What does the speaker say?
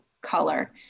color